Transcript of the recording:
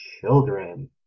Children